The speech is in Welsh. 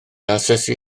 asesu